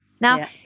Now